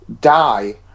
die